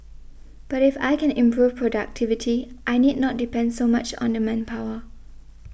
but if I can improve productivity I need not depend so much on the manpower